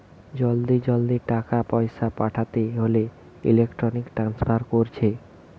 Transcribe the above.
জলদি জলদি টাকা পয়সা পাঠাতে হোলে ইলেক্ট্রনিক ট্রান্সফার কোরছে